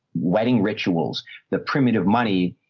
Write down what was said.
wedding rituals that primitive money,